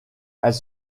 elle